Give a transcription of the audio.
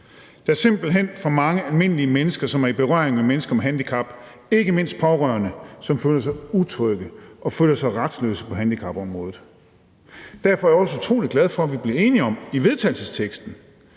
Der er simpelt hen for mange almindelige mennesker, som er i berøring med mennesker med handicap – ikke mindst pårørende – som føler sig utrygge og retsløse på handicapområdet. Derfor er jeg også utrolig glad for, at vi blev enige om i vedtagelsesteksten,